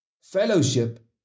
Fellowship